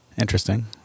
Interesting